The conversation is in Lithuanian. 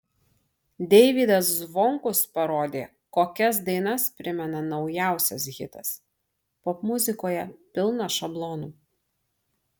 deivydas zvonkus parodė kokias dainas primena naujausias hitas popmuzikoje pilna šablonų